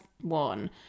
one